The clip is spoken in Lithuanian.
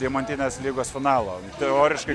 deimantinės lygos finalo teoriškai